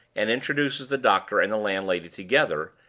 and introduces the doctor and the landlady together,